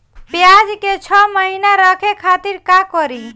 प्याज के छह महीना रखे खातिर का करी?